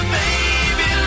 baby